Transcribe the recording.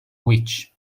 which